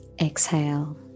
Exhale